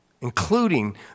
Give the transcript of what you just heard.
including